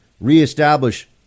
reestablish